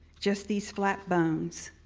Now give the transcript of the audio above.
just these flat bones,